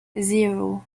zero